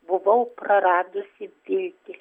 buvau praradusi viltį